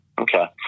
okay